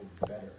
better